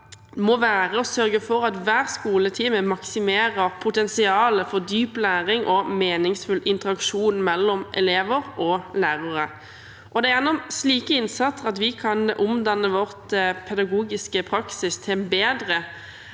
må være å sørge for at hver skoletime maksimerer potensialet for dyp læring og meningsfull interaksjon mellom elever og lærere. Det er gjennom slike innsatser vi kan omdanne vår pedagogiske praksis til det bedre